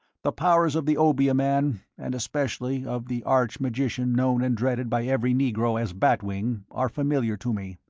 the powers of the obeah man, and especially of the arch-magician known and dreaded by every negro as bat wing are familiar to me.